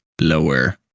lower